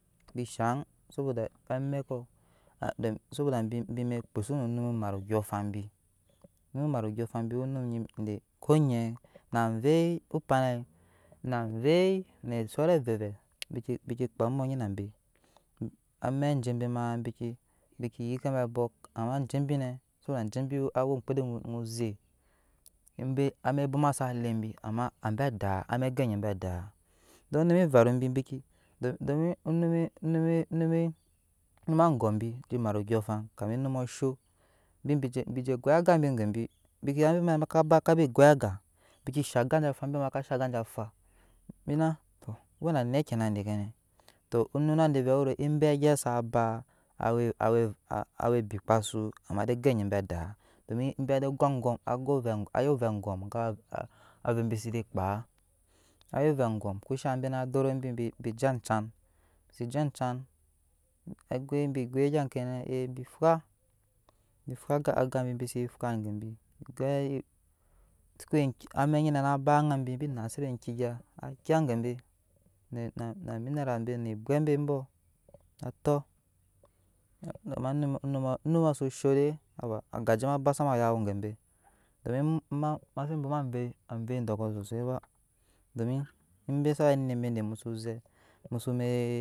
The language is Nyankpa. Be bi shan zoboda amɛkɔ soboda bikpusu ne onum mat ndyɔɔfanb onum mat and yɔɔfan bi owe onum de vɛɛ konɛɛ na amvɛi opanai na amvɛ ne sora evɛɛ vɛɛ bike bike kpaa ammo anyi nabi amɛk jebi maa biki biki yɛk kebe abɔk amma jebi nɛɛ jebi nɛɛ we amɔkpede ony oze ebe bwoma sa lee bi ama abe adaa aze go enyi amma be adaa num me varo bi domnume angom bi num mat varo bi dominumme angom bi num mat ondyɔɔ fankam onumɔ suko bosho bi goi aga gegebi bike ya mbe ma naka kara egoi aga bike shan aga anje afah embe ma ka shan aga anje afah wenanɛ dekenɛ nuna de vɛɛ embe gyap sa ba a we bikpa su amma be ze gonyi be adda domin ze go angom go ovɛɛ ongomga avɛɛ bi se kpaa go vɛɛ gom koshan be na dore bi je anjen bi seke je jen bigoi gyaa kenɛɛ bi fah bi fah agen bise fah gebi suwe amɛk bi ah bi fah age bise fah gebi suwe amek nyine na ba angaa bi bi nasebe enke gya gebe na minras be ne ebwe be bɔɔ otɔ gebe ama nummɔ zushoi de agajema basama yawo gebe domin mase mase bwama amvɛi dukkɔ sosai domin emme zawe anet muzuze musunee.